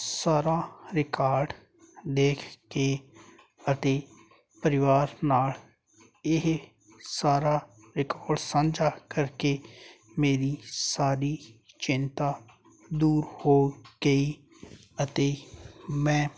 ਸਾਰਾ ਰਿਕਾਰਡ ਦੇਖ ਕੇ ਅਤੇ ਪਰਿਵਾਰ ਨਾਲ ਇਹ ਸਾਰਾ ਇੱਕ ਵਾਰ ਸਾਂਝਾ ਕਰਕੇ ਮੇਰੀ ਸਾਰੀ ਚਿੰਤਾ ਦੂਰ ਹੋ ਗਈ ਅਤੇ ਮੈਂ